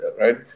right